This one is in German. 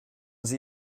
sie